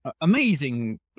amazing